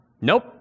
Nope